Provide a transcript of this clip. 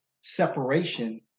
separation